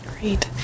Great